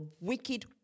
wicked